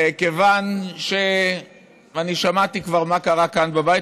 וכיוון שאני כבר שמעתי מה קרה כאן בבית,